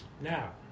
Now